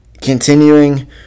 continuing